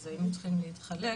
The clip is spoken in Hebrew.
אז היינו צריכים להתחלק,